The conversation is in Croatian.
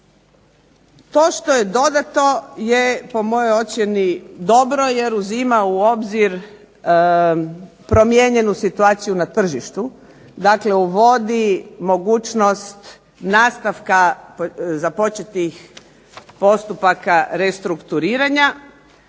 To što je dodato je po mojoj ocjeni dobro jer uzima u obzir promijenjenu situaciju na tržištu, dakle uvodi mogućnost nastavka započetih postupaka restrukturiranja,